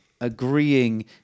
agreeing